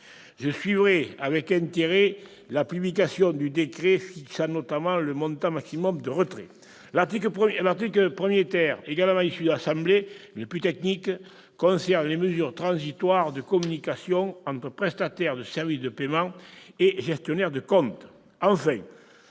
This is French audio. Je suivrai avec intérêt la publication du décret fixant notamment le montant maximal de retrait. L'article 1, également issu de l'Assemblée nationale, mais plus technique, concerne les mesures transitoires de communication entre prestataires de services de paiement et gestionnaires de compte.